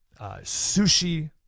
sushi